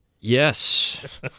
Yes